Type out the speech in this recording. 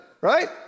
right